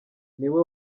niwe